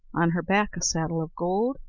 on her back a saddle of gold,